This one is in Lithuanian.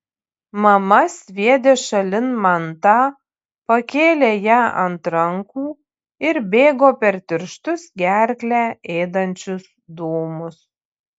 mama sviedė šalin mantą pakėlė ją ant rankų ir bėgo per tirštus gerklę ėdančius dūmus